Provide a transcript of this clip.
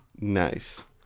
nice